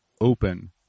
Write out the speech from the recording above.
open